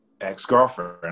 ex-girlfriend